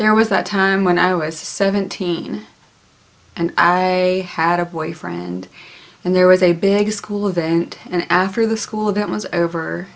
there was that time when i was seventeen and i had a boyfriend and there was a big school of and and after the school that was over